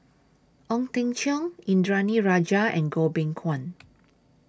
Ong Teng Cheong Indranee Rajah and Goh Beng Kwan